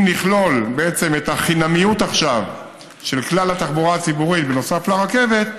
אם נכלול בעצם את החינמיוּת עכשיו של כלל התחבורה הציבורית בנוסף לרכבת,